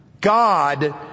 God